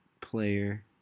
player